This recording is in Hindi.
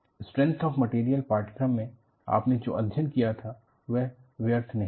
स्ट्रेंथ ऑफ मटेरियल पाठ्यक्रम में आपने जो अध्ययन किया था वह व्यर्थ नहीं है